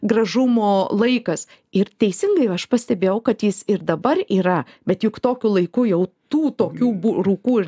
gražumo laikas ir teisingai aš pastebėjau kad jis ir dabar yra bet juk tokiu laiku jau tų tokių rūkų ir